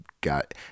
got –